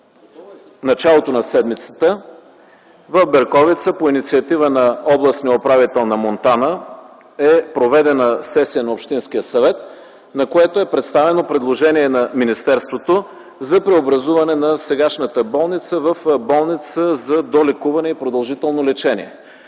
в началото на седмицата в Берковица по инициатива на областния управител на Монтана е проведена сесия на Общинския съвет, на която е представено предложение на министерството за преобразуване на сегашната болница в болница за долекуване и продължително лечение.